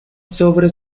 sobre